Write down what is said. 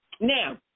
now